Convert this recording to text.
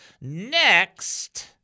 Next